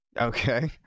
okay